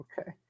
Okay